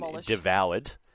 devoured